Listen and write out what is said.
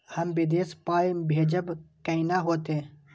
हम विदेश पाय भेजब कैना होते?